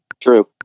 True